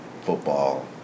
football